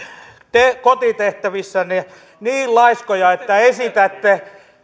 kotitehtävissänne niin laiskoja että esitätte